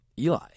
Eli